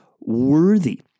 worthy